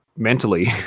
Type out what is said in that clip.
mentally